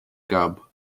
cab